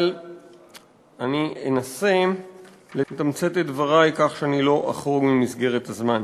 אבל אנסה לתמצת את דברי כך שלא אחרוג ממסגרת הזמן.